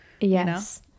yes